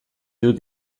dut